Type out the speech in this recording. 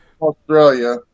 Australia